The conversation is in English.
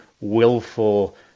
willful